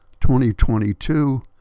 2022